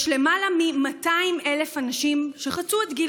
יש למעלה מ-200,000 אנשים שחצו את גיל